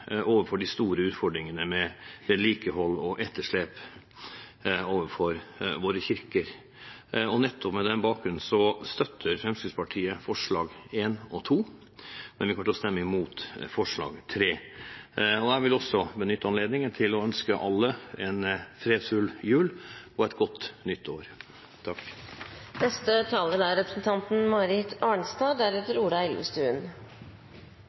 de store utfordringene med vedlikehold og etterslep når det gjelder våre kirker, og nettopp på den bakgrunn støtter Fremskrittspartiet I og II i forslaget, men vi kommer til å stemme imot III. Jeg vil også benytte anledningen til å ønske alle en fredfull jul og et godt nytt år.